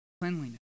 Cleanliness